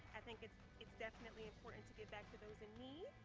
i think it's it's definitely important to give back to those in need,